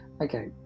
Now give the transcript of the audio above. Okay